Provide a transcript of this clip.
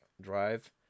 Drive